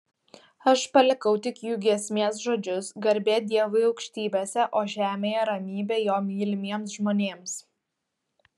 aš palikau tik jų giesmės žodžius garbė dievui aukštybėse o žemėje ramybė jo mylimiems žmonėms